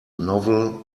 novel